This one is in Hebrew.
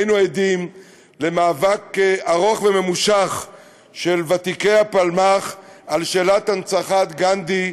היינו עדים למאבק ארוך וממושך של ותיקי הפלמ"ח על שאלת הנצחת גנדי,